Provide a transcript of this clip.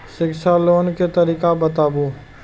शिक्षा लोन के तरीका बताबू?